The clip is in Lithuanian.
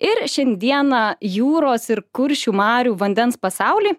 ir šiandieną jūros ir kuršių marių vandens pasaulį